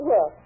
Yes